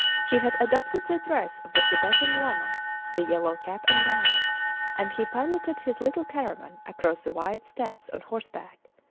he had adopted the dress of the tibetan lama the yellow cap and gown and he piloted his little caravan across the wide steppes on horseback,